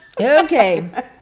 okay